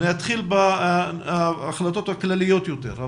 אני אתחיל בהחלטות הכלליות יותר.